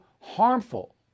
harmful